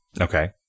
Okay